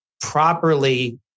properly